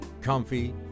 comfy